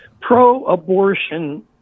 pro-abortion